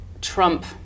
trump